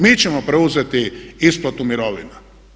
Mi ćemo preuzeti isplatu mirovina.